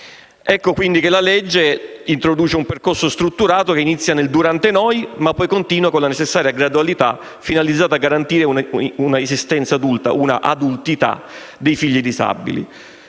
più. Il disegno di legge introduce quindi un percorso strutturato che inizia nel "durante noi", ma poi continua con la necessaria gradualità finalizzata a garantire una esistenza adulta (adultità) dei figli disabili.